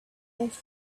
life